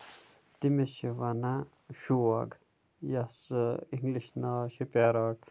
تٔمِس چھُ وَنان شوگ یَتھ سُہ اِنگلِش ناو چھُ پیروٹ